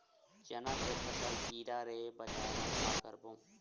चना के फसल कीरा ले बचाय बर का करबो?